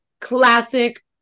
classic